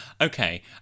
okay